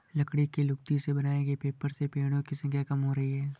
लकड़ी की लुगदी से बनाए गए पेपर से पेङो की संख्या कम हो रही है